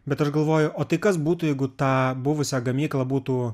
bet aš galvoju o tai kas būtų jeigu tą buvusią gamyklą būtų